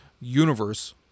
universe